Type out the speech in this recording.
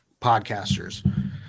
podcasters